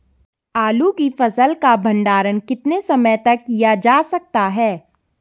आलू की फसल का भंडारण कितने समय तक किया जा सकता है?